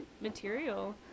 material